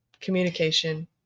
communication